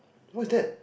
what is that